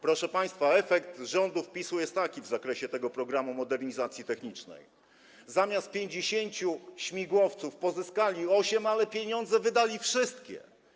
Proszę państwa, efekt rządów PiS-u jest taki w zakresie programu modernizacji technicznej: zamiast 50 śmigłowców pozyskali osiem, ale pieniądze wydali wszystkie.